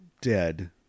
dead